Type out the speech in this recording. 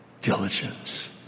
diligence